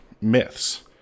myths